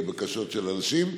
ובקשות של אנשים,